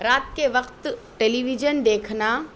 رات کے وقت ٹیلی ویژن دیکھنا